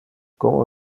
como